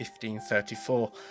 1534